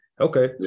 Okay